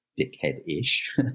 dickhead-ish